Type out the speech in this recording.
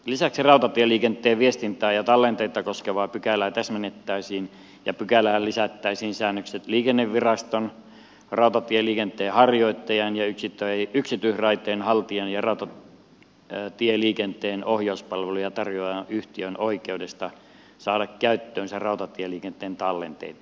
lisäksi rautatieliikenteen viestintää ja tallenteita koskevaa pykälää täsmennettäisiin ja pykälään lisättäisiin säännökset liikenneviraston rautatieliikenteen harjoittajan ja yksityisraiteen haltijan ja rautatieliikenteen ohjauspalveluja tarjoavan yhtiön oikeudesta saada käyttöönsä rautatieliikenteen tallenteita